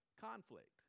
conflict